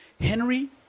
Henry